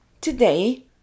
Today